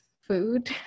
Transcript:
food